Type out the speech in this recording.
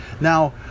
Now